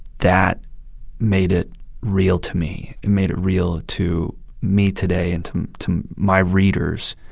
that made it real to me. it made it real to me today and to to my readers.